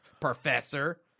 professor